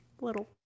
little